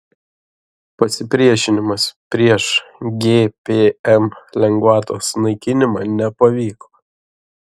pasipriešinimas prieš gpm lengvatos naikinimą nepavyko